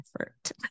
effort